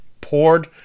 poured